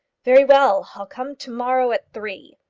very well i'll come to-morrow at three.